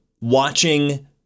watching